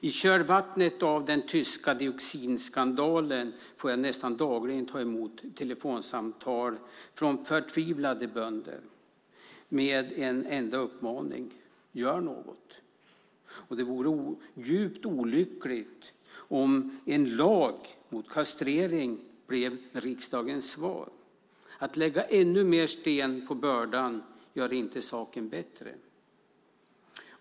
I kölvattnet av den tyska dioxinskandalen får jag nästan dagligen ta emot telefonsamtal från förtvivlade bönder med en enda uppmaning: Gör något! Det vore djupt olyckligt om en lag mot kastrering blev riksdagens svar. Att lägga ännu mer sten på bördan gör inte saken bättre.